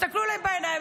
הסתכלו להן בעיניים,